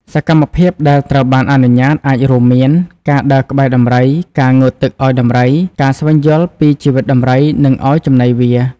សកម្មភាពដែលត្រូវបានអនុញ្ញាតអាចរួមមាន ការដើរក្បែរដំរី ការងូតទឹកឲ្យដំរី ការស្វែងយល់ពីជីវិតដំរី និងឱ្យចំណីវា។